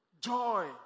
joy